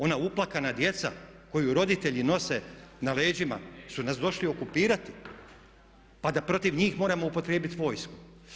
Ona uplakana djeca koju roditelji nose na leđima su nas došli okupirati pa da protiv njih moramo upotrijebiti vojsku.